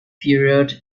period